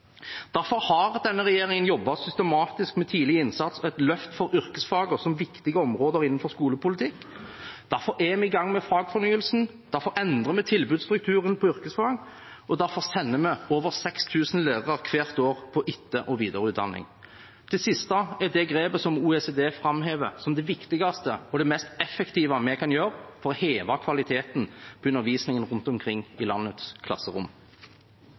Derfor har denne regjeringen jobbet systematisk med tidlig innsats og et løft for yrkesfagene som viktige områder innenfor skolepolitikk. Derfor er vi i gang med fagfornyelsen. Derfor endrer vi tilbudsstrukturen på yrkesfag, og derfor sender vi over 6 000 lærere hvert år på etter- og videreutdanning. Det siste er det grepet som OECD framhever som det viktigste og det mest effektive vi kan gjøre for å heve kvaliteten på undervisningen rundt omkring i landets klasserom.